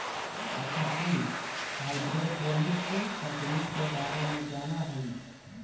अच्छा तू हाईड्रोपोनिक्स तकनीक के बारे में जाना हीं?